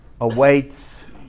awaits